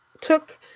took